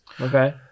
Okay